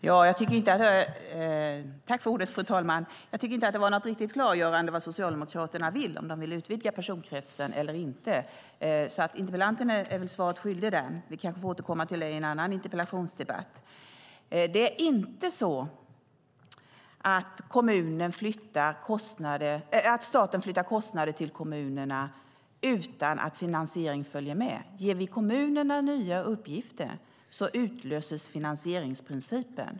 Fru talman! Det var inget riktigt klargörande av om Socialdemokraterna vill utvidga personkretsen eller inte. Interpellanten blir svaret skyldig, och vi får kanske återkomma till detta i en annan interpellationsdebatt. Staten flyttar inte över kostnader till kommunerna utan att finansiering följer med. Ger vi kommunerna nya uppgifter utlöses finansieringsprincipen.